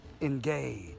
engage